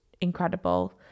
incredible